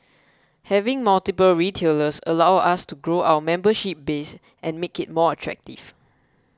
having multiple retailers allows us to grow our membership base and make it more attractive